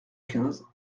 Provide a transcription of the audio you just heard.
quinze